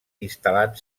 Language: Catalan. instal·lant